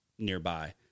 Nearby